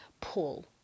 pull